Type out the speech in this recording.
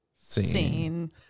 Scene